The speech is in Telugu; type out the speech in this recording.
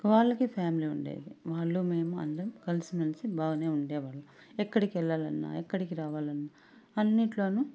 వాళ్ళకి ఫ్యామిలీ ఉండేది వాళ్ళు మేము అందరం కలిసి మెలిసి బాగనే ఉండేవాళ్ళం ఎక్కడికి వెళ్లాలన్నా ఎక్కడికి రావాలన్నా అన్నిట్లోనూ